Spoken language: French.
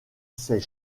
ces